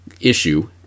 issue